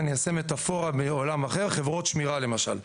אני אעשה מטאפורה מעולם אחר, חברות שמירה למשל.